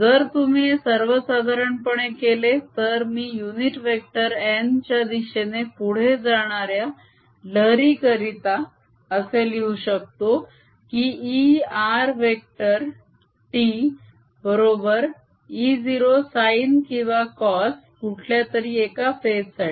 जर तुम्ही हे सर्वसाधारण केले तर मी युनिट वेक्टर n च्या दिशेने पुढे जाणाऱ्या लहरीकरिता असे लिहू शकतो की E r वेक्टर t बरोबर E0sin किंवा cos कुठल्यातरी एका फेज साठी